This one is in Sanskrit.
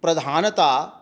प्रधानता